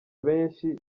benshi